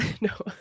no